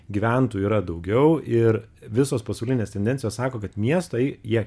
gyventojų yra daugiau ir visos pasaulinės tendencijos sako kad miestai jie